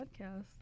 podcast